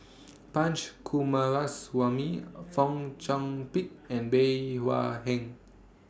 Punch Coomaraswamy Fong Chong Pik and Bey Hua Heng